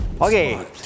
Okay